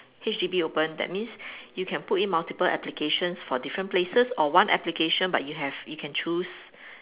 H_D_B open that means you can put in multiple applications for different places or one application but you have you can choose